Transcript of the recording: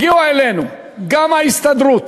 הגיעו אלינו גם ההסתדרות